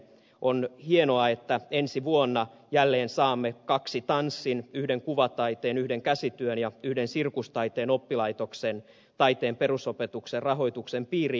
on hienoa että ensi vuonna jälleen saamme kaksi tanssin yhden kuvataiteen yhden käsityön ja yhden sirkustaiteen oppilaitoksen taiteen perusopetuksen rahoituksen piiriin